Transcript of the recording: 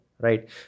right